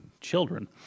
children